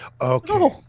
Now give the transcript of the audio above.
Okay